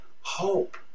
hope